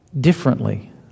differently